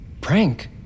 Prank